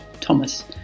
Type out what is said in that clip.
Thomas